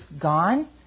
gone